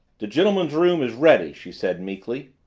the gentleman's room is ready, she said meekly.